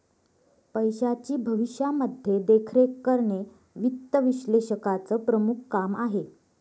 पैशाची भविष्यामध्ये देखरेख करणे वित्त विश्लेषकाचं प्रमुख काम आहे